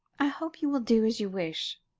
i hope you will do as you wish.